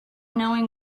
knowing